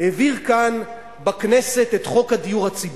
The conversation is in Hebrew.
העביר כאן בכנסת את חוק הדיור הציבורי,